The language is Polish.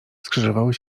skrzyżowały